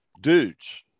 dudes